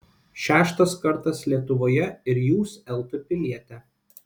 šeštas kartas lietuvoje ir jūs lt pilietė